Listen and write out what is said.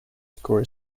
score